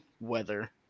weather